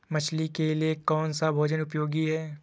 मछली के लिए कौन सा भोजन उपयोगी है?